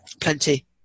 Plenty